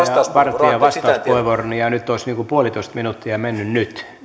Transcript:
vartia vastauspuheenvuoron ja nyt olisi niin kuin puolitoista minuuttia mennyt nyt